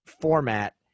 format